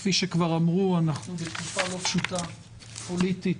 כפי שכבר אמרו, אנחנו בתקופה לא פשוטה פוליטית.